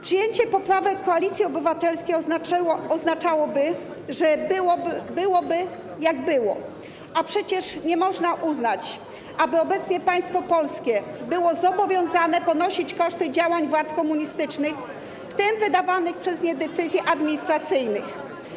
Przyjęcie poprawek Koalicji Obywatelskiej oznaczałoby, że będzie, jak było, a przecież nie można uznać, aby obecnie państwo polskie było zobowiązane ponosić koszty działań władz komunistycznych, w tym wydawanych przez nie decyzji administracyjnych.